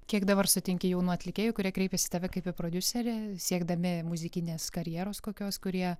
kiek dabar sutinki jaunų atlikėjų kurie kreipiasi į tave kaip į prodiuserį siekdami muzikinės karjeros kokios kurie